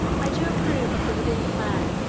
i do approve of the within plan,